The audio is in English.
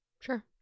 sure